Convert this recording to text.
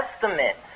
Testament